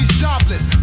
jobless